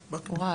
פרישה.